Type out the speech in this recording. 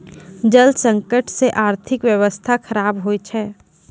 जल संकट से आर्थिक व्यबस्था खराब हो जाय छै